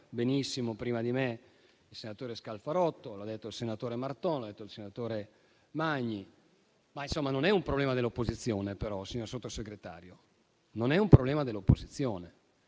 benissimo prima di me il senatore Scalfarotto l'ha detto il senatore Marton; lo ha detto il senatore Magni. Non è un problema dell'opposizione, però, signor Sottosegretario: questo è un problema del Parlamento ed